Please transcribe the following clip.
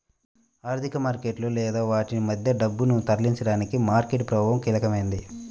ఆర్థిక మార్కెట్లలో లేదా వాటి మధ్య డబ్బును తరలించడానికి మార్కెట్ ప్రభావం కీలకమైనది